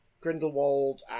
Grindelwald